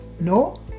No